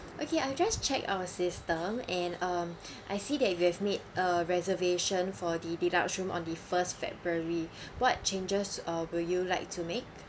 okay I just check our system and um I see that you have made a reservation for the deluxe room on the first february what changes uh would you like to make